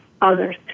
others